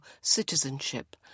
citizenship